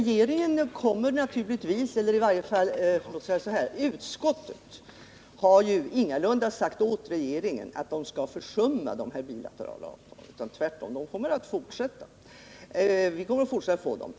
Herr talman! Utskottet har ju ingalunda sagt åt regeringen att den skall försumma dessa bilaterala avtal. Regeringen kommer att fortsätta det arbetet.